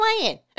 playing